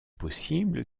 possible